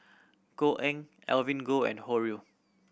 Koh Eng Evelyn Goh and Ho Rui